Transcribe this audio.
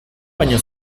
baino